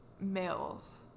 males